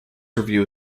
revue